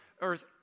Earth